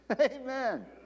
Amen